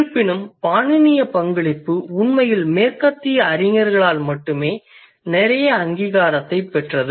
இருப்பினும் பாணினிய பங்களிப்பு உண்மையில் மேற்கத்திய அறிஞர்களால் மட்டுமே நிறைய அங்கீகாரத்தைப் பெற்றது